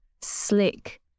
slick